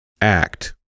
act